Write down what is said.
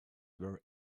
were